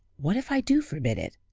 what if i do forbid it?